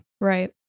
Right